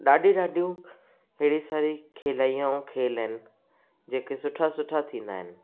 ॾाढियूं ॾाढियूं हेड़ी सारी खेलिया ऐं खेल आहिनि जेके सुठा सुठा थींदा आहिनि